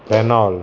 Renault